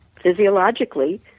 physiologically